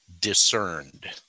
discerned